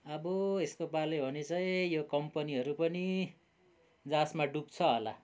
अब यस्तो पाराले हो भने चाहिँ यो कम्पनीहरू पनि जहाजमा डुब्छ होला